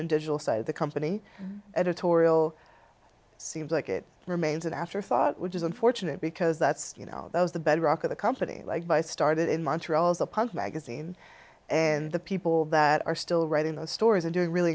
and digital side of the company editorial seems like it remains an afterthought which is unfortunate because that's you know those the bedrock of the company like by started in montreal as a punk magazine and the people that are still writing those stories and doing really